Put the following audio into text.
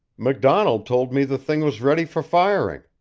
macdonald told me the thing was ready for firing,